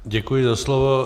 Děkuji za slovo.